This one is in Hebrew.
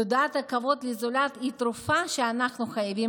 תודעת הכבוד לזולת היא תרופה שאנחנו חייבים